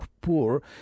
poor